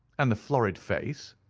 and the florid face?